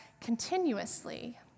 continuously